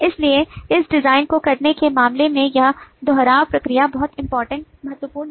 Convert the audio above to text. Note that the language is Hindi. इसलिए इस डिजाइन को करने के मामले में यह दोहराव प्रक्रिया बहुत महत्वपूर्ण है